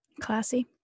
Classy